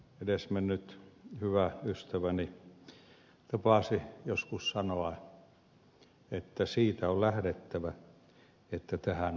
edesmennyt hyvä ystäväni tapasi joskus sanoa että siitä on lähdettävä että tähän on tultu